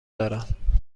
دارم